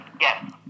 Yes